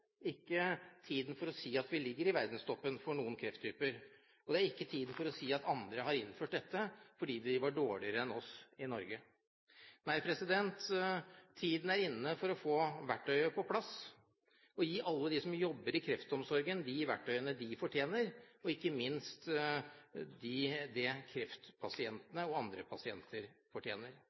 ikke tiden for å si at vi ligger i verdenstoppen for noen krefttyper, og det er ikke tiden for å si at andre har innført dette fordi de var dårligere enn oss i Norge. Nei, tiden er inne for å få verktøyet på plass, gi alle dem som jobber i kreftomsorgen, de verktøyene de fortjener, og ikke minst gi kreftpasientene og andre pasienter det de fortjener.